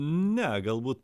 ne galbūt